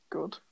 Good